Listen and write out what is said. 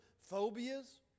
phobias